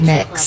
Mix